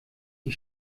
die